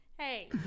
Hey